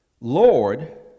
Lord